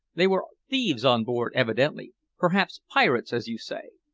they were thieves on board evidently perhaps pirates, as you say.